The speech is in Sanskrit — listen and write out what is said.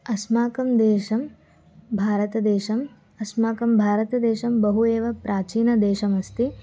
अस्माकं देशं भारतदेशम् अस्माकं भारतदेशं बहु एव प्राचीनदेशमस्ति